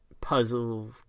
Puzzle